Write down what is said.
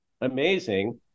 amazing